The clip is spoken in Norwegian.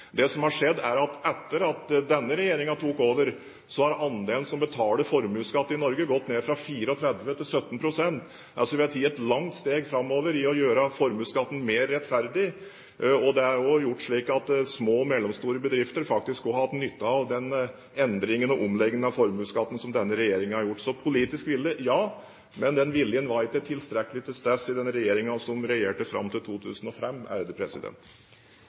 Det som har skjedd etter at denne regjeringen tok over, er at andelen som betaler formuesskatt i Norge, har gått ned fra 34 pst. til 17 pst. – altså har vi tatt et langt steg framover i å gjøre formuesskatten mer rettferdig. Det har gjort at små og mellomstore bedrifter faktisk også har hatt nytte av endringen og omleggingen av formuesskatten som denne regjeringen har gjort. Så politisk vilje, ja, men den viljen var ikke tilstrekkelig til stede i den regjeringen som regjerte fram til 2005.